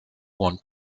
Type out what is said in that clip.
want